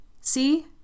see